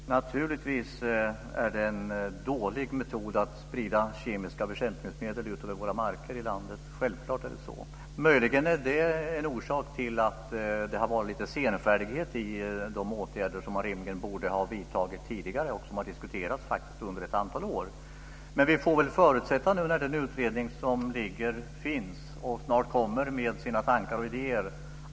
Fru talman! Naturligtvis är det en dålig metod att sprida kemiska bekämpningsmedel ut över våra marker i landet. Självklart är det så. Möjligen är det en orsak till att det har varit lite senfärdighet vad gäller de åtgärder som man rimligen borde ha vidtagit tidigare och som faktiskt har diskuterats under ett antal år. Den utredning som finns kommer snart med sina tankar och idéer.